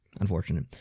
unfortunate